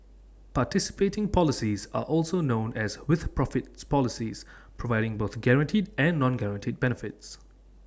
participating policies are also known as with profits policies providing both guaranteed and non guaranteed benefits